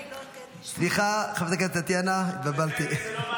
סליחה, חברת הכנסת טטיאנה, התבלבלתי.